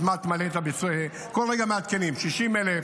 בכל רגע מעדכנים: 60,000,